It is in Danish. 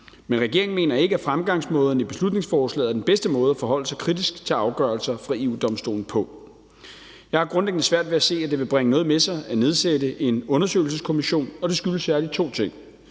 Men regeringen mener ikke, at fremgangsmåden i beslutningsforslaget er den bedste måde at forholde sig kritisk til afgørelser fra EU-Domstolen på. Jeg har grundlæggende svært ved at se, at det vil bringe noget med sig at nedsætte en undersøgelseskommission, og det skyldes særlig to ting.